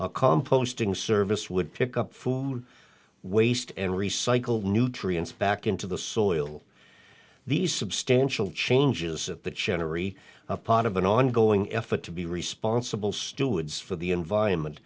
a composting service would pick up food waste and recycled nutrients back into the soil the substantial changes that schenn are a part of an ongoing effort to be responsible stewards for the environment